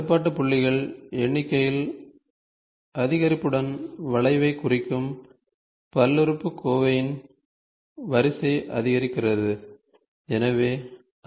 கட்டுப்பாட்டு புள்ளிகளின் எண்ணிக்கையில் அதிகரிப்புடன் வளைவைக் குறிக்கும் பல்லுறுப்புக்கோவையின் வரிசை அதிகரிக்கிறது